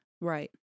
right